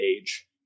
age